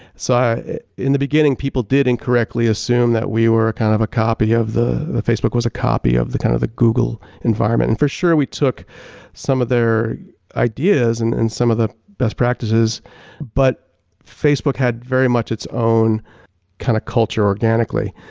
so in the beginning people did incorrectly assume that we were a kind of copy. that facebook was a copy of the kind of the google environment and for sure we took some of their ideas and and some of the best practices but facebook had very much its own kind of culture organically.